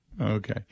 Okay